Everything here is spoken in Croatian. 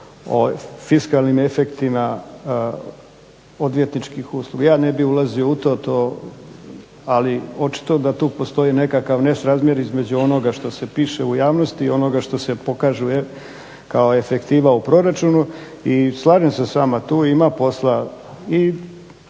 o fiskalnim efektima odvjetničkih usluga, ja ne bih ulazio u to, ali očito je da tu postoji nekakav nesrazmjer između onoga što se piše u javnosti i onoga što se pokaže kao efektiva u proračunu i slažem se s vama, tu ima posla i